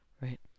right